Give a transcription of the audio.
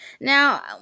Now